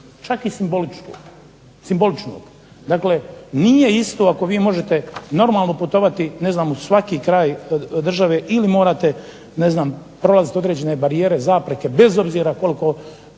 čak i simboličnog. Dakle nije isto ako vi možete normalno putovati ne znam u svaki kraj države ili morate ne znam prolaziti određene barijere, zapreke, bez obzira koliko